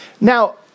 Now